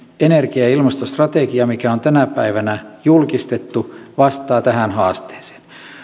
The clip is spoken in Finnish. energia ja ilmastostrategia mikä on tänä päivänä julkistettu vastaa tähän haasteeseen